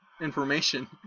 information